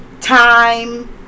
time